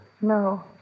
No